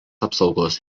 apsaugos